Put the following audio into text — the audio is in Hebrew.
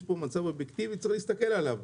יש כאן מצב אובייקטיבי וצריך להסתכל עליו,